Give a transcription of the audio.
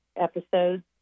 episodes